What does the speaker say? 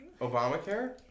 Obamacare